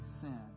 sin